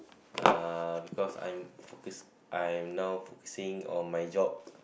uh because I'm focusing I'm now focusing on my job